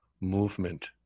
movement